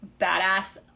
badass